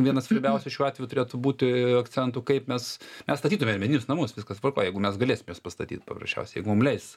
vienas svarbiausių šiuo atveju turėtų būti akcentų kaip mes mes statytume ir medinius namus viskas tvarkoj jeigu mes galėsim juos pastatyt paprasčiausiai jeigu mums leis